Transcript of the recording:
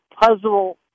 puzzle